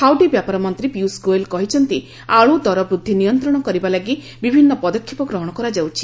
ଖାଉଟି ବ୍ୟାପାର ମନ୍ତ୍ରୀ ପିୟୁଷ ଗୋଏଲ୍ କହିଛନ୍ତି ଯେ ଆଳୁ ଦର ବୃଦ୍ଧି ନିୟନ୍ତ୍ରଣ କରିବା ଲାଗି ବିଭିନ୍ନ ପଦକ୍ଷେପ ଗ୍ରହଣ କରାଯାଉଛି